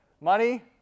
Money